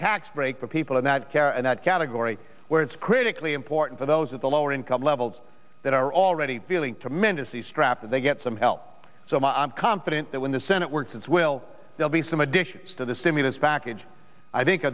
tax break for people in that care and that category where it's critically important for those at the lower income levels that are already feeling tremendously strapped that they get some help so i am confident that when the senate works its will there be some additions to the stimulus package i think